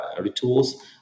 rituals